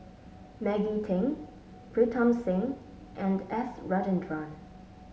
Maggie Teng Pritam Singh and S Rajendran